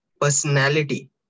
personality